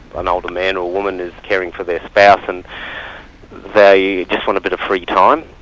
an older man or woman, is caring for their spouse, and they just want a bit of free time,